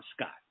Scott